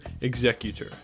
Executor